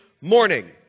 morning